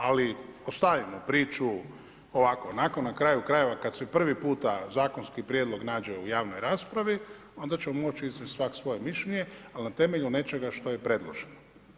Ali ostavimo priču ovako, onako, na kraju krajeva, kada se prvi puta zakonski prijedlog nađe u javnoj raspravi, onda ćemo moći iznesti svaki svoje mišljenje, ali na temelju nečega što je predloženo.